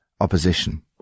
opposition